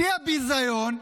שיא הביזיון.